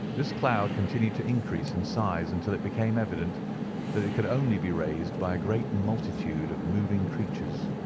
this cloud continued to increase in size until it became evident that it could only be raised by a great multitude of moving creatures.